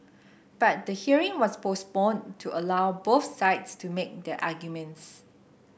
but the hearing was postponed to allow both sides to make their arguments